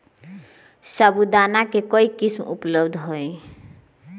साबूदाना के कई किस्म उपलब्ध हई